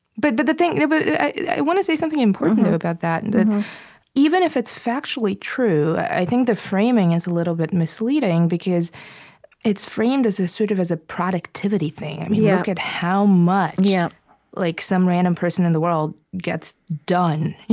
but but the thing but i want to say something important about that. and even if it's factually true, i think the framing is a little bit misleading because it's framed as a sort of ah productivity thing. yeah look at how much yeah like some random person in the world gets done, you